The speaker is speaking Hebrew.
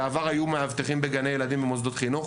בעבר היו מאבטחים בגני ילדים ומוסדות חינוך,